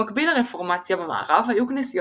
במקביל לרפורמציה במערב היו כנסיות